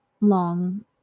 long